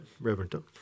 Reverend